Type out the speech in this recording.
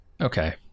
okay